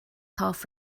half